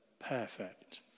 perfect